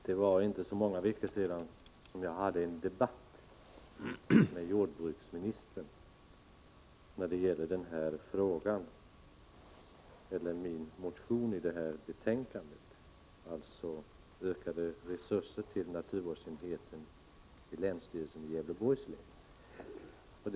Herr talman! Det är inte många veckor sedan jag hade en debatt med jordbruksministern om den fråga som också behandlas i detta betänkande, nämligen min motion om ökade resurser till naturvårdsenheten vid länsstyrelsen i Gävleborgs län.